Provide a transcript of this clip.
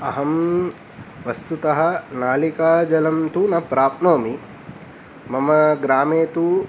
अहं वस्तुतः नालिकाजलं तु न प्राप्नोमि मम ग्रामे तु